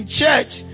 church